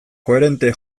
koherente